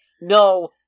no